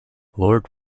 lord